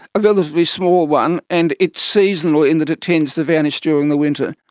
a relatively small one, and it's seasonal in that it tends to vanish during the winter.